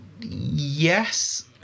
Yes